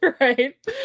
right